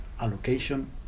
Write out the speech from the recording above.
allocation